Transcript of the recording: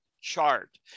chart